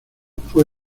fue